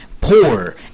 poor